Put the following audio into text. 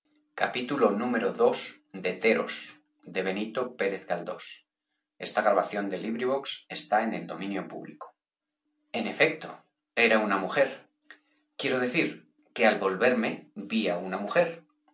ii en efecto era una mujer quiero decir que al volverme vi á una mujer